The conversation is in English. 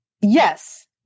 Yes